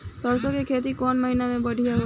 सरसों के खेती कौन महीना में बढ़िया होला?